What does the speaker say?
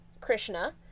Krishna